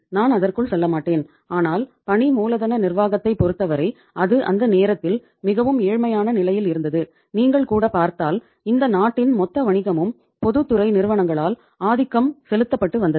நான் அதற்குள் செல்லமாட்டேன் ஆனால் பணி மூலதன நிர்வாகத்தைப் பொருத்தவரை அது அந்த நேரத்தில் மிகவும் ஏழ்மையான நிலையில் இருந்தது நீங்கள் கூட பார்த்தால் இந்த நாட்டின் மொத்த வணிகமும் பொதுத்துறை நிறுவனங்களால் ஆதிக்கம் செலுத்தப்பட்டு வந்தது